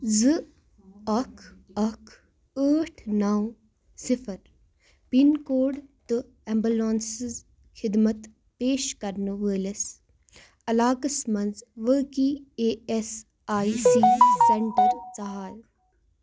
زٕ اکھ اکھ ٲٹھ نو صِفر پِن کوڈ تہٕ ایٚمبٕلانسٕز خدمت پیش کرن وٲلِس علاقس مَنٛز وٲقع A S I C centre ژھار